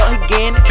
again